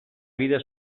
vida